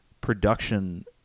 production